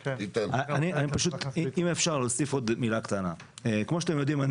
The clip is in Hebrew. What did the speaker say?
אם אפשר להוסיף עוד מילה קטנה: כמו שאתם יודעים,